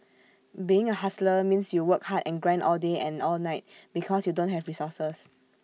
being A hustler means you work hard and grind all day and all night because you don't have resources